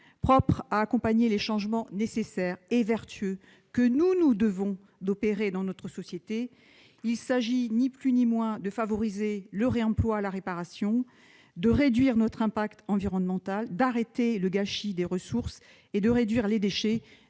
propre à accompagner les changements nécessaires et vertueux que notre société se doit d'opérer. Il s'agit ni plus ni moins de favoriser le réemploi et la réparation, de réduire notre impact environnemental, d'arrêter le gâchis des ressources, et de diminuer le